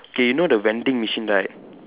okay you know the vending machine right